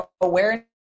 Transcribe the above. awareness